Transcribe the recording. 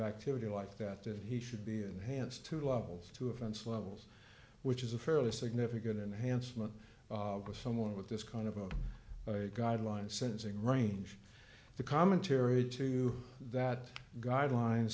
activity like that that he should be enhanced to levels to events levels which is a fairly significant enhancement because someone with this kind of a guideline sentencing range the commentary to that guideline